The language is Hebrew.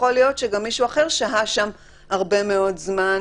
ויכול להיות שגם מישהו אחר שהה שם הרבה מאוד זמן,